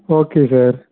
okay sir